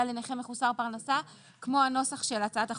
לנכה מחוסר פרנסה כמו הנוסח של הצעת החוק.